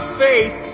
faith